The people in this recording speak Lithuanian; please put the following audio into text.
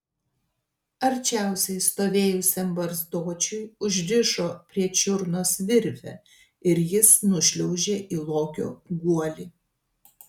arčiausiai stovėjusiam barzdočiui užrišo prie čiurnos virvę ir jis nušliaužė į lokio guolį